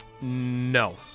No